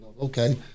okay